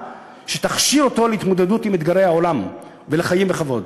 שתכשיר אותם להתמודדות עם אתגרי העולם ולחיים בכבוד,